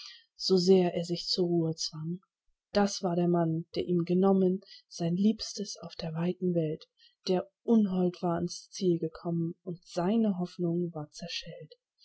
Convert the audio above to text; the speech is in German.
so sehr er sich zur ruhe zwang das war der mann der ihm genommen sein liebstes auf der weiten welt der unhold war ans ziel gekommen und seine hoffnung war zerschellt